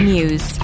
News